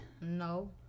No